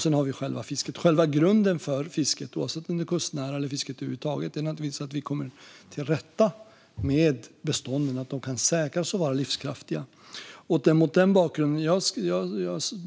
Sedan har vi själva fisket. Själva grunden för fisket - oavsett om det gäller kustnära fiske eller fisket över huvud taget - är naturligtvis att vi kommer till rätta med bestånden och att de kan säkras och vara livskraftiga.